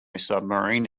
submarine